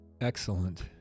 Excellent